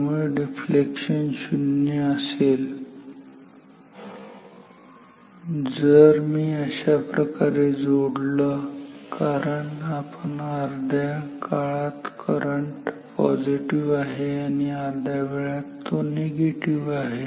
त्यामुळे डिफ्लेक्शन शून्य असेल जर मी अशाप्रकारे जोडलं तर कारण आपण अर्ध्या काळात करंट पॉझिटिव आहे आणि अर्ध्या वेळात तो निगेटिव्ह आहे